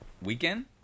Weekend